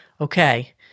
okay